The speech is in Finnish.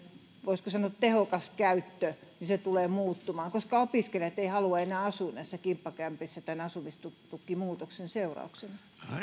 voisiko sanoa tehokas käyttö tulee muuttumaan koska opiskelijat eivät halua enää asua näissä kimppakämpissä tämän asumistukimuutoksen seurauksena